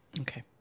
Okay